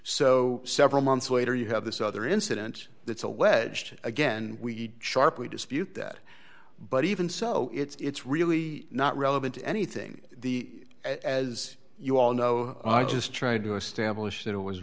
so several months later you have this other incident that's alleged again we sharply dispute that but even so it's really not relevant to anything the as you all know i just tried to establish that it was